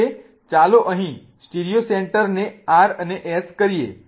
હવે ચાલો અહીં સ્ટીરિયો સેન્ટર ને R અને S કરીએ